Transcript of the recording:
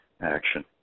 action